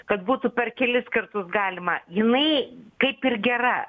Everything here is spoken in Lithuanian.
kad būtų per kelis kartus galima jinai kaip ir gera